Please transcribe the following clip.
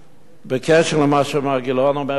בקשר למה שאמרו גילאון וחנין,